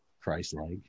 Christ-like